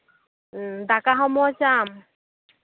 ᱫᱟᱠᱟ ᱦᱚᱸ ᱢᱚᱡᱽ ᱟᱢ